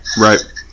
right